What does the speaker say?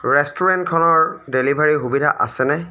ৰেষ্টুৰেণ্টখনৰ ডেলিভাৰী সুবিধা আছেনে